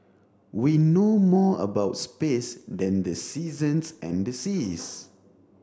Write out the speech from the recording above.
we know more about space than the seasons and the seas